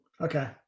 Okay